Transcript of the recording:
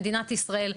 למדינת ישראל.